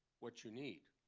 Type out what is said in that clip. what you need.